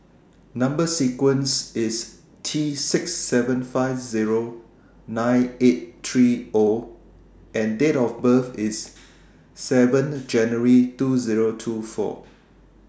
Number sequence IS T six seven five Zero nine eight three O and Date of birth IS seven January two Zero two four